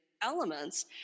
Elements